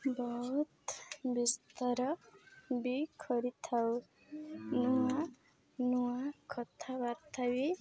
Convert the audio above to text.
ବହୁତ ବିସ୍ତାର ବି କରିଥାଉ ନୂଆ ନୂଆ କଥାବାର୍ତ୍ତା ବି